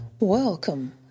welcome